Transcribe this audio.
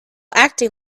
acting